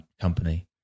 company